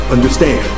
Understand